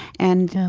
and,